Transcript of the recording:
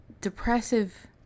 depressive